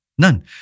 None